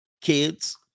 kids